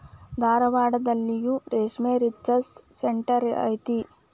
ಧಾರವಾಡದಲ್ಲಿಯೂ ರೇಶ್ಮೆ research centre ಐತಿ